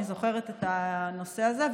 אני זוכרת את הנושא הזה,